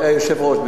היושב-ראש,